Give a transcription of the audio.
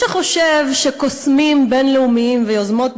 לי, חבר הכנסת סעדי.